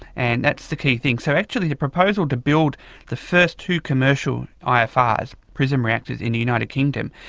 and that's the key thing. so actually the proposal to build the first two commercial ifrs, prism reactors, in the united kingdom,